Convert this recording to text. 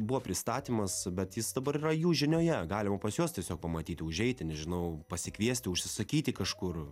buvo pristatymas bet jis dabar yra jų žinioje galima pas juos tiesiog pamatyti užeiti nežinau pasikviesti užsisakyti kažkur